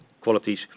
qualities